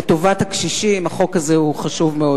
לטובת הקשישים, החוק הזה הוא חשוב מאוד.